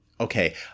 Okay